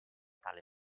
tale